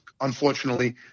unfortunately